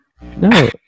No